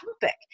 topic